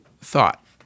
thought